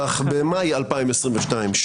במאי 2022,